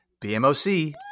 BMOC